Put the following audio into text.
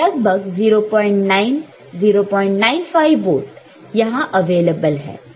तो लगभग 09 095 वोल्ट यहां अवेलेबल है